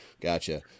Gotcha